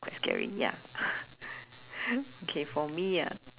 quite scary ya okay for me ah